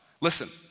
Listen